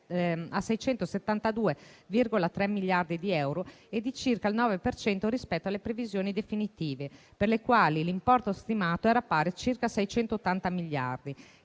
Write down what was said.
a 672,3 miliardi di euro e di circa il 9 per cento rispetto alle previsioni definitive, per le quali l'importo stimato era pari a circa 680 miliardi.